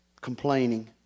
Complaining